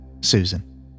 Susan